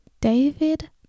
David